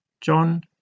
John